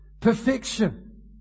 Perfection